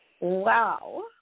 Wow